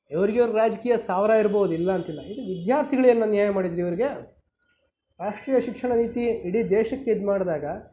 ಇವರಿಗೆ ಇವ್ರ ರಾಜಕೀಯ ಸಾವಿರ ಇರ್ಬೋದು ಇಲ್ಲ ಅಂತಿಲ್ಲ ಇದು ವಿದ್ಯಾರ್ಥಿಗಳು ಏನು ಅನ್ಯಾಯ ಮಾಡಿದರು ಇವರಿಗೆ ರಾಷ್ಟ್ರೀಯ ಶಿಕ್ಷಣ ನೀತಿ ಇಡೀ ದೇಶಕ್ಕೆ ಇದು ಮಾಡಿದಾಗ